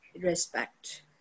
Respect